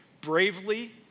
bravely